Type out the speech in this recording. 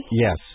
yes